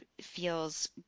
feels